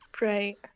Right